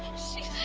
she's